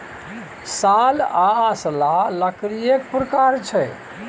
साल आ असला लकड़ीएक प्रकार छै